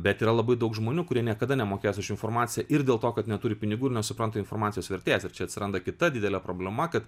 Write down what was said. bet yra labai daug žmonių kurie niekada nemokės už informaciją ir dėl to kad neturi pinigų ir nesupranta informacijos vertės ir čia atsiranda kita didelė problema kad